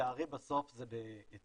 לצערי בסוף זה בתעדוף